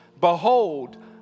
Behold